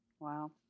Wow